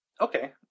Okay